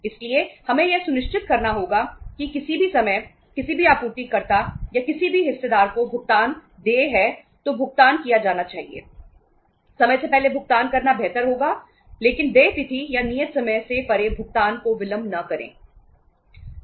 इसलिए हमें यह सुनिश्चित करना होगा कि किसी भी समय किसी भी आपूर्तिकर्ता या किसी भी हिस्सेदार को भुगतान देय है तो भुगतान किया जाना चाहिए समय से पहले भुगतान करना बेहतर होगा लेकिन देय तिथि या नियत समय से परे भुगतान को विलंब न करें